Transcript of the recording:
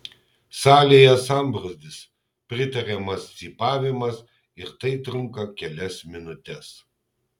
salėje sambrūzdis pritariamas cypavimas ir tai trunka kelias minutes